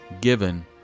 given